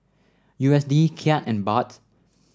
U S D Kyat and Baht